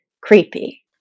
creepy